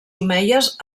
omeies